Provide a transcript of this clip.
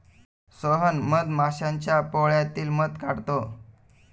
सोहन मधमाश्यांच्या पोळ्यातील मध काढतो